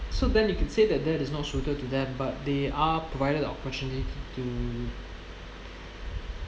so then you can say that that is not suited to them but they are provided the opportunity to